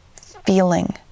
feeling